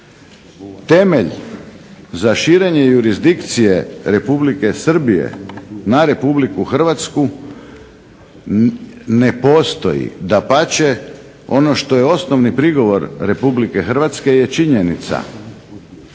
Temelj za širenje jurisdikcije Republike Srbije na RH ne postoji, dapače ono što je osnovni prigovor RH je činjenica